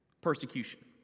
Persecution